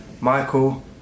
Michael